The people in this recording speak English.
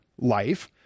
life